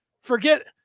forget